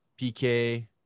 PK